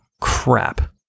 crap